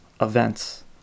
events